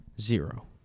Zero